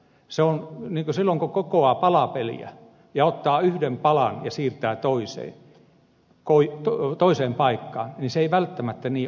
se on niin kuin silloin kun kokoaa palapeliä ja ottaa yhden palan ja siirtää sen toiseen paikkaan se ei välttämättä niin onnistu